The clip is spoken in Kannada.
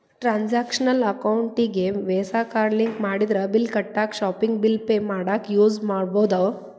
ಟ್ರಾನ್ಸಾಕ್ಷನಲ್ ಅಕೌಂಟಿಗಿ ವೇಸಾ ಕಾರ್ಡ್ ಲಿಂಕ್ ಮಾಡಿದ್ರ ಬಿಲ್ ಕಟ್ಟಾಕ ಶಾಪಿಂಗ್ ಬಿಲ್ ಪೆ ಮಾಡಾಕ ಯೂಸ್ ಮಾಡಬೋದು